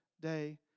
day